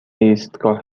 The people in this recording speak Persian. ایستگاه